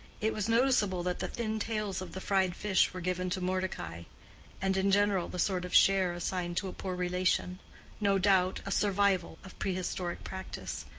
it was noticeable that the thin tails of the fried fish were given to mordecai and in general the sort of share assigned to a poor relation no doubt a survival of prehistoric practice,